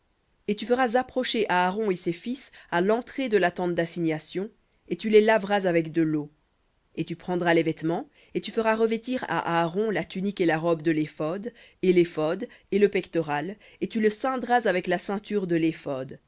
et tu feras approcher aaron et ses fils à l'entrée de la tente d'assignation et tu les laveras avec de leau et tu prendras les vêtements et tu feras revêtir à aaron la tunique et la robe de l'éphod et l'éphod et le pectoral et tu le ceindras avec la ceinture de